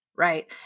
Right